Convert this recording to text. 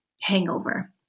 hangover